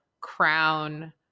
crown